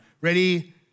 Ready